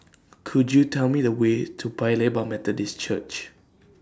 Could YOU Tell Me The Way to Paya Lebar Methodist Church